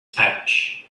pouch